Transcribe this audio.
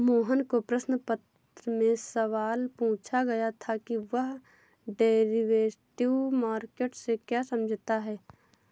मोहन को प्रश्न पत्र में सवाल पूछा गया था कि वह डेरिवेटिव मार्केट से क्या समझता है?